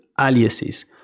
aliases